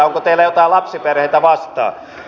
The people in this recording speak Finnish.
onko teillä jotain lapsiperheitä vastaan